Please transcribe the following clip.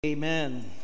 Amen